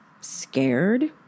scared